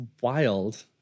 wild